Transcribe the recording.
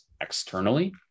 externally